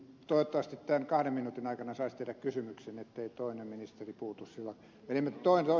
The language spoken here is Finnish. toivottavasti tämän kahden minuutin aikana saisi tehdä kysymyksen ettei toinen ministeri puutu silloin